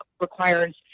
requires